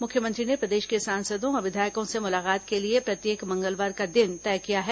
मुख्यमंत्री ने प्रदेश के सांसदों और विधायकों से मुलाकात के लिए प्रत्येक मंगलवार का दिन तय किया है